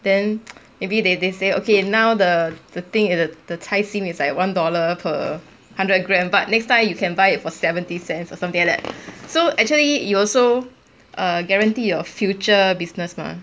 then maybe they they say okay now the the thing is the 菜心 is like one dollar per hundred gram but next time you can buy it for seventy cents or something like that so actually you also err guarantee your future business mah